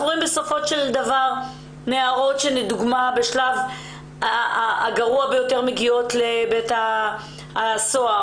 אנחנו רואים נערות שבשלב הגרוע ביותר מגיעות לבית הסוהר,